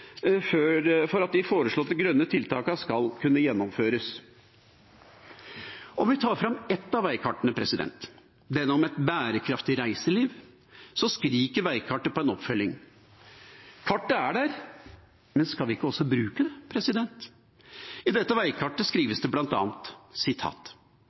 for at de foreslåtte grønne tiltakene skal kunne gjennomføres. Om vi tar fram et av veikartene, det om et bærekraftig reiseliv, skriker veikartet på en oppfølging. Kartet er der, men skal vi ikke også bruke det? I dette veikartet